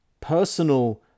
Personal